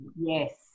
Yes